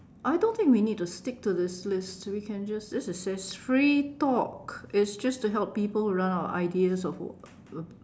I don't think we need to stick to this list we can just this is just free talk it's just to help people run out of ideas of what